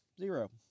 zero